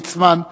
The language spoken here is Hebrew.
ליצמן,